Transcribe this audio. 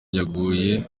yaguye